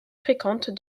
fréquentes